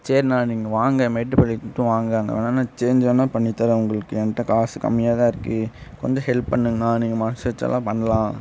சரிண்ணா நீங்கள் வாங்க மேட்டுப்பாளையத்துக்கு மட்டும் வாங்க அங்கே வேணால் நான் சேஞ்ச் வேணால் பண்ணித்தரேன் உங்களுக்கு என்ட்ட காசு கம்மியாகதான் இருக்குது கொஞ்சம் ஹெல்ப் பண்ணுங்கனா நீங்கள் மனது வச்சால்தான் பண்ணலாம்